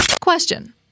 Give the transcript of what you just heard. Question